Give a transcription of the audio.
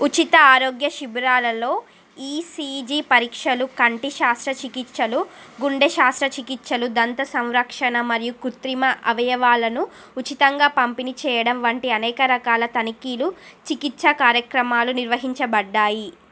ఉచిత ఆరోగ్య శిబిరాలలో ఈసీజీ పరీక్షలు కంటి శస్త్రచికిత్సలు గుండె శస్త్రచికిత్సలు దంత సంరక్షణ మరియు కృత్రిమ అవయవాలను ఉచితంగా పంపిణీ చేయడం వంటి అనేక రకాల తనిఖీలు చికిత్సా కార్యక్రమాలు నిర్వహించబడ్డాయి